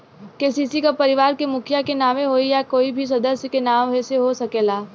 KCC का परिवार के मुखिया के नावे होई या कोई भी सदस्य के नाव से हो सकेला?